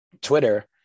Twitter